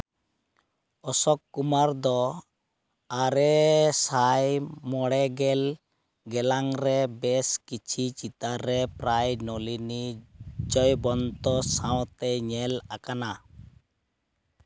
ᱚᱥᱚᱠ ᱠᱩᱢᱟᱨ ᱫᱚ ᱟᱨᱮ ᱥᱟᱭ ᱢᱚᱬᱮ ᱜᱮᱞ ᱜᱮᱞᱟᱝ ᱨᱮ ᱵᱮᱥ ᱠᱤᱪᱷᱤ ᱪᱤᱛᱟᱹᱨ ᱨᱮ ᱯᱨᱟᱭ ᱱᱚᱞᱤᱱᱤ ᱡᱚᱭᱵᱚᱱᱛᱚ ᱥᱟᱶᱛᱮᱭ ᱧᱮᱞ ᱟᱠᱟᱱᱟ